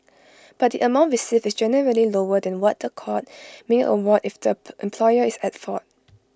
but the amount received is generally lower than what A court may award if the employer is at fault